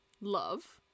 love